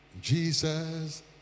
Jesus